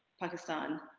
pakistan.